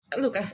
Look